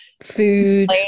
Food